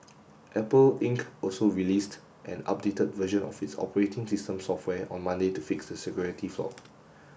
Apple Inc also released an updated version of its operating system software on Monday to fix the security flaw